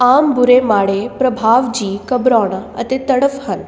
ਆਮ ਬੁਰੇ ਮਾੜੇ ਪ੍ਰਭਾਵ ਜੀਅ ਘਬਰਾਉਣਾ ਅਤੇ ਤੜਫ ਹਨ